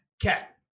Cat